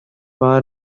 bar